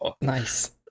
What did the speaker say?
Nice